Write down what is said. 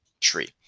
tree